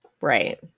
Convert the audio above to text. Right